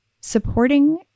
supporting